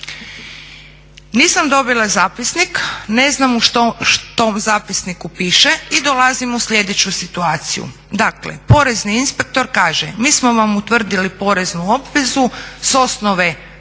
Nisam dobila zapisnik, ne znam što u zapisniku piše i dolazim u sljedeću situaciju. Dakle, porezni inspektor kaže mi smo vam utvrdili poreznu obvezu s osnove te i